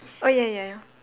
oh ya ya ya